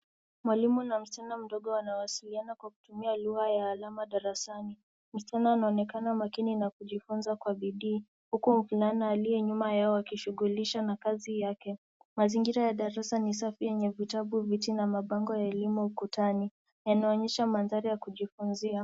Mwalimu na msichana mdogo wanawasiliana kwa kupitia lugha ya alama darasani. Msichana anaonekana makini na kujifunza kwa bidii huku mvulana aliye nyuma yao akijishughulisha na kazi yake. Mazingira ya darasa ni safi yenye vitabu, viti na mabango ya elimu ukutani. Yanaonyesha mandhari ya kujifunzia.